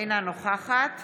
אינה נוכחת